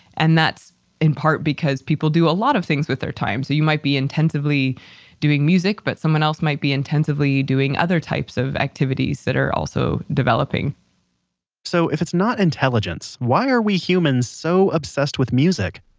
and that's in part because people do a lot of things with their time. so you might be intensively doing music, but someone else might be intensively doing other types of activities that are also developing so if it's not intelligence, why are we humans so obsessed with music?